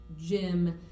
Jim